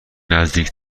نزدیک